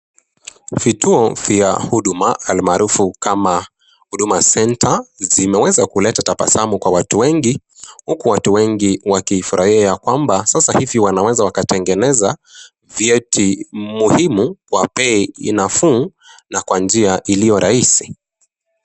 Vituo vya huduma almaarufu kama Huduma Centre, zimeweza kuleta tabasamu kwa watu wengi huku watu wengi wakifurahia ya kwamba sasa hivi wanaweza wakatengeneza vyeti muhimu kwa bei nafuu na kwa njia iliyo rahisi.